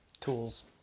tools